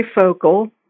focal